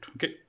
Okay